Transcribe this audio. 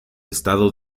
estado